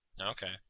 Okay